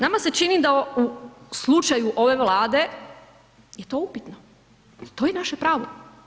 Nama se čini da u slučaju ove Vlade je to upitno, to je naše pravo.